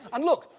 and, look,